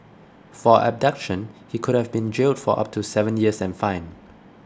for abduction he could have been jailed for up to seven years and fined